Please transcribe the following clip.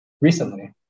recently